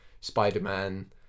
Spider-Man